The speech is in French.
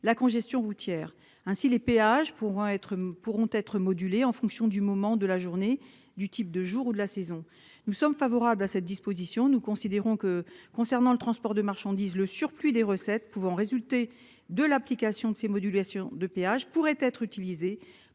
la congestion routière ainsi les péages pourront être pourront être modulée en fonction du moment de la journée du type de jour ou de la saison. Nous sommes favorables à cette disposition. Nous considérons que concernant le transport de marchandises, le surplus des recettes pouvant résulter de l'application de ces modulations de péage pourrait être utilisé